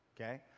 Okay